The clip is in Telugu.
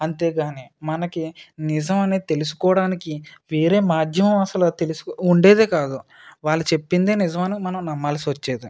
అంతే కానీ మనకి నిజం అని తెలుసుకోవడానికి వేరే మాధ్యమం అసలు తెలుసుకో ఉండేదే కాదు వాళ్ళు చెప్పింది నిజమని మనం నమ్మాల్సి వచ్చేది